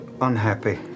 unhappy